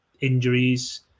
injuries